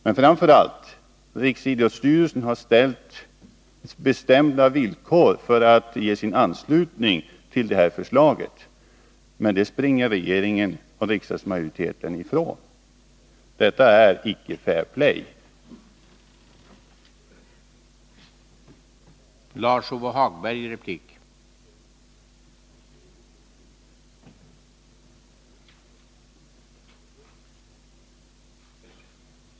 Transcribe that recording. Men framför allt så har riksidrottsstyrelsen ställt bestämda villkor för att ge sin anslutning till detta förslag. Det springer regeringen och riksdagsmajoriteten ifrån. Detta är icke fair play. terspel i Sverige år 1988